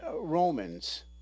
Romans